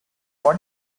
what